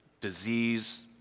disease